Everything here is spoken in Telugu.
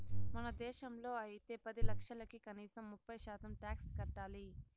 మన దేశంలో అయితే పది లక్షలకి కనీసం ముప్పై శాతం టాక్స్ కట్టాలి